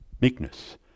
meekness